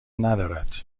ندارد